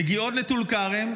מגיעות לטול כרם,